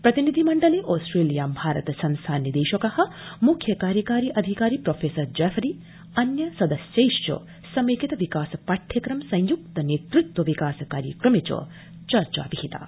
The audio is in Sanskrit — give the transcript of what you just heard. प्रतिनिधि मण्डले ऑस्ट्रेलिया भारत संस्थान निदेशक मुख्य कार्यकारी अधिकारी प्रो जेफरी अन्य सदस्यैश्च समेकित विकास पाठ्यक्रम संय्क्त नेतृत्व विकास कार्यक्रमे च चर्चा विहिता